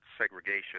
segregation